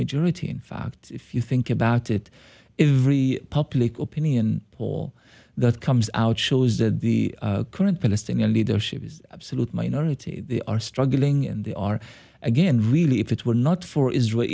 majority in fact if you think about it every public opinion poll that comes out shows that the current palestinian leadership is absolute minority are struggling and they are again really if it were not for israel